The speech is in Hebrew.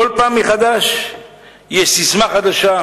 בכל פעם יש ססמה חדשה,